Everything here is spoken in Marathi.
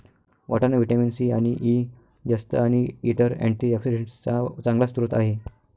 वाटाणा व्हिटॅमिन सी आणि ई, जस्त आणि इतर अँटीऑक्सिडेंट्सचा चांगला स्रोत आहे